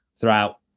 throughout